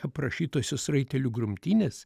aprašytosios raitelių grumtynės